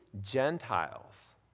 Gentiles